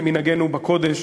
כמנהגנו בקודש,